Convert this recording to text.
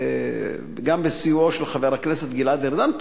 גם בסיועו של השר גלעד ארדן,